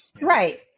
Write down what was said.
right